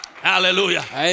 Hallelujah